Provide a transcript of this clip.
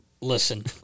Listen